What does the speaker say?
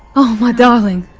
oh, my darling!